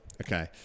Okay